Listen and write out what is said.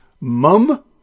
Mum